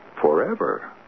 forever